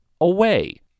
away